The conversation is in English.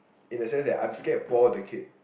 in a sense that I'm scared bore the kid